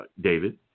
David